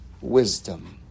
wisdom